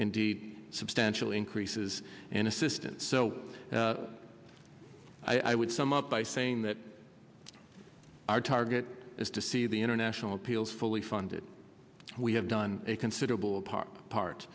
indeed substantial increases in assistance so i would sum up by saying that our target is to see the international appeal fully funded we have done a considerable part part